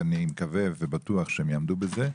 ואני מקווה ובטוח שהם יעמדו בזה,